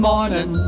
morning